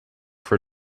for